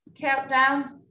countdown